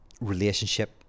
relationship